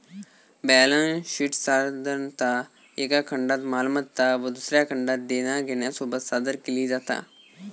balance शीटसाधारणतः एका खंडात मालमत्ता व दुसऱ्या खंडात देना घेण्यासोबत सादर केली जाता